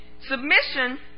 Submission